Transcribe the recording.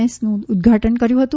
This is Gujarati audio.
એસ નું ઉદધાટન કર્યું હતું